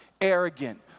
arrogant